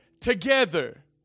together